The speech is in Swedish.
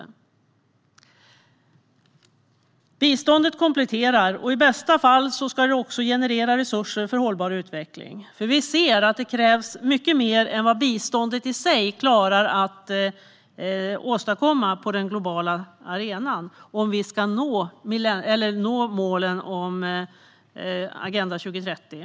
Biståndet kompletterar, och i bästa fall ska det också generera resurser för hållbar utveckling. Vi ser nämligen att det krävs mycket mer än vad biståndet i sig klarar att åstadkomma på den globala arenan om vi ska nå målen i Agenda 2030.